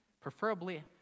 preferably